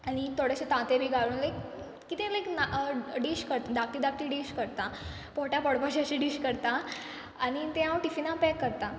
आनी थोडेशें तांतें बी घालून लायक कितें लायक ना डीश करत धाकटी धाकटी डीश करता पोटा पोडपाशे अशे डीश करता आनी तें हांव टिफिना पॅक करता